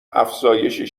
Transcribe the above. افزایشی